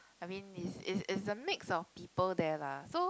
I mean it's it's it's a mix of people there lah so